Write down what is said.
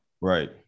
Right